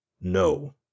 No